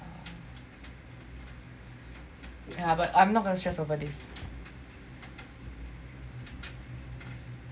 yeah but I'm now very stress over this